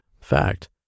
Fact